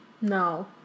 No